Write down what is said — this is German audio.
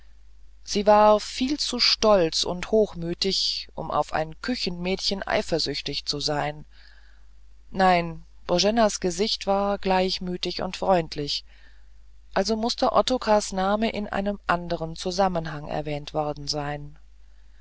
sie war viel zu stolz und hochmütig um auf ein küchenmädchen eifersüchtig zu sein nein boenas gesicht war gleichmütig und freundlich also mußte ottokars namen in einem anderen zusammenhang erwähnt worden sein